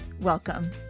Welcome